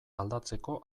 aldatzeko